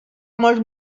molts